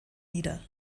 nieder